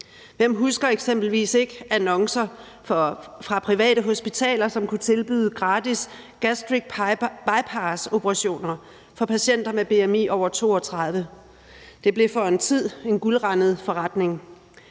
Hvem husker eksempelvis ikke annoncer fra private hospitaler, som kunne tilbyde gratis gastriske bypassoperationer for patienter med bmi over 32? Det blev for en tid en guldrandet forretning.